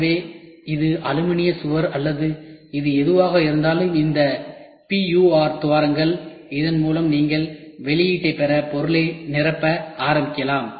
எனவே இது அலுமினிய சுவர் அல்லது இது எதுவாக இருந்தாலும் இந்த PUR துவாரங்கள் இதன் மூலம் நீங்கள் வெளியீட்டைப் பெற பொருளை நிரப்ப ஆரம்பிக்கலாம்